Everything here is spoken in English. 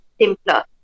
simpler